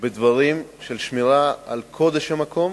בדיוק בדברים של שמירה על קודש המקום,